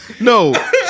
No